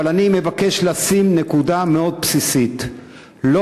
אבל אני מבקש לשים נקודה מאוד בסיסית: לא